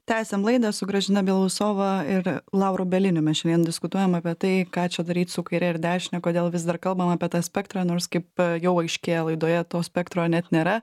tęsiam laidą su gražina belousova ir lauru bieliniu mes šiandien diskutuojam apie tai ką čia daryt su kaire ir dešine kodėl vis dar kalbam apie tą spektrą nors kaip jau aiškėja laidoje to spektro net nėra